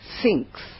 sinks